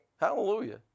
Hallelujah